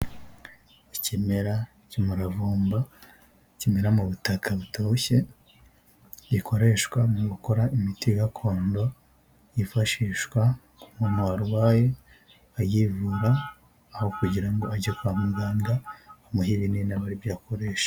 Ikimera cy’umuravumba kimera mu butaka butoshye, gikoreshwa mu gukora imiti gakondo yifashishwa ku muntu warwaye, ayivura aho kugira ngo ajye kwa muganga bamuhe ibinini abe aribyo akoresha.